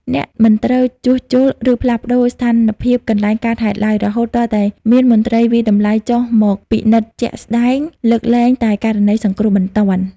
អ្នកមិនត្រូវ ជួសជុល ឬផ្លាស់ប្តូរ ស្ថានភាពកន្លែងកើតហេតុឡើយ រហូតទាល់តែមានមន្ត្រីវាយតម្លៃចុះមកពិនិត្យជាក់ស្ដែង (លើកលែងតែករណីសង្គ្រោះបន្ទាន់)។